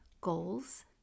goals